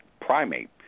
primate